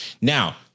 Now